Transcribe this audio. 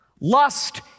Lust